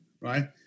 right